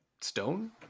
stone